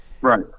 Right